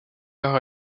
par